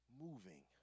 Moving